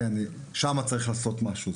שם חייב להיעשות משהו.